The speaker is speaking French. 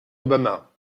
obama